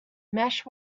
mesh